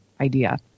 idea